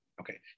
Okay